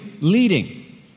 leading